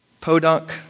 Podunk